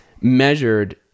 measured